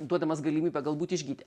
duodamas galimybę galbūt išgyti